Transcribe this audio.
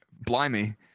blimey